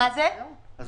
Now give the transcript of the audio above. או